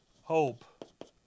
hope